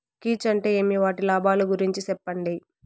కీచ్ అంటే ఏమి? వాటి లాభాలు గురించి సెప్పండి?